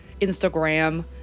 Instagram